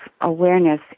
awareness